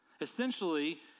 Essentially